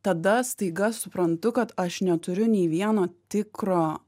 tada staiga suprantu kad aš neturiu nei vieno tikro